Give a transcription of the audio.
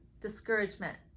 discouragement